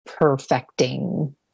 perfecting